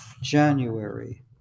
January